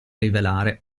rivelare